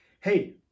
hey